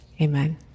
Amen